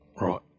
Right